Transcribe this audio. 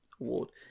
award